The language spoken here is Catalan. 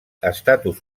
estatus